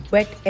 Wet